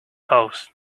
house